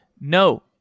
no